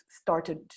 started